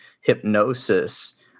hypnosis